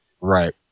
Right